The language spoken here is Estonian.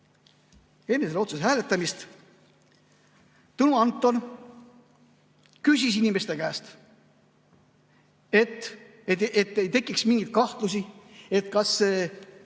selle otsuse hääletamist Tõnu Anton küsis inimeste käest, et ei tekiks mingeid kahtlusi: kas tõesti